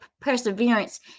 perseverance